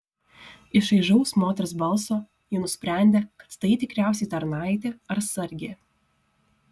iš šaižaus moters balso ji nusprendė kad tai tikriausiai tarnaitė ar sargė